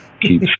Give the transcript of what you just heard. keep